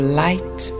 light